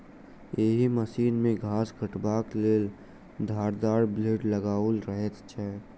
एहि मशीन मे घास काटबाक लेल धारदार ब्लेड लगाओल रहैत छै